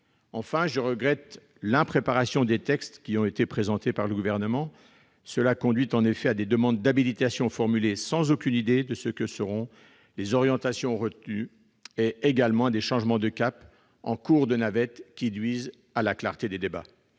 Ensuite, je déplore l'impréparation des textes présentés par le Gouvernement. Cela conduit à des demandes d'habilitation formulées sans aucune idée de ce que seront les orientations retenues et également à des changements de cap en cours de navette qui nuisent à la clarté des débats.